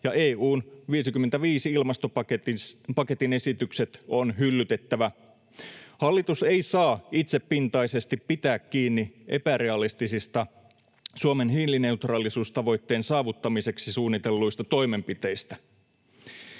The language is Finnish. ja EU:n 55-ilmastopaketin esitykset on hyllytettävä. Hallitus ei saa itsepintaisesti pitää kiinni epärealistisista Suomen hiilineutraalisuustavoitteen saavuttamiseksi suunnitelluista toimenpiteistä.